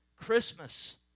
Christmas